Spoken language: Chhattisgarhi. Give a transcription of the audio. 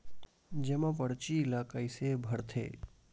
जमा परची ल कइसे भरथे?